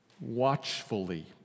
watchfully